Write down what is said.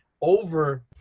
over